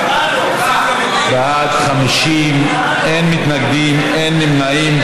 בעד, 50, אין מתנגדים, אין נמנעים.